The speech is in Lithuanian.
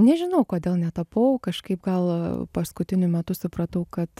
nežinau kodėl netapau kažkaip gal paskutiniu metu supratau kad